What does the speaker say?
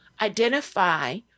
identify